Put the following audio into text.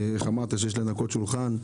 ואיך אמרת, שיש "לנקות שולחן",